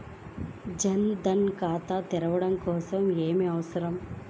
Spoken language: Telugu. జన్ ధన్ ఖాతా తెరవడం కోసం ఏమి అవసరం?